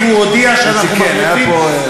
ביקשתי, והוא הודיע שאנחנו מחליפים, הוא תיקן.